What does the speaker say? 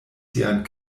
sian